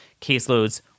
caseloads